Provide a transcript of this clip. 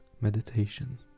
meditation